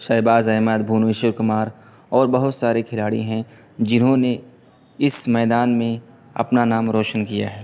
شہباز احمد بھونیشور کمار اور بہت سارے کھلاڑی ہیں جنہوں نے اس میدان میں اپنا نام روشن کیا ہے